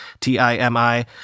T-I-M-I